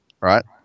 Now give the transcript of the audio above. right